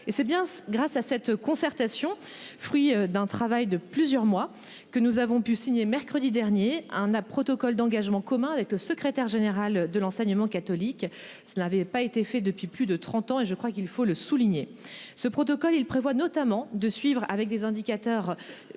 et c'est bien grâce à cette concertation. Fruit d'un travail de plusieurs mois que nous avons pu signer mercredi dernier un ah protocole d'engagement commun avec le secrétaire général de l'enseignement catholique. Ça n'avait pas été fait depuis plus de 30 ans et je crois qu'il faut le souligner. Ce protocole, il prévoit notamment de suivre avec des indicateurs précis